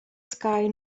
sky